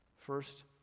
First